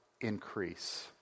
increase